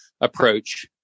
approach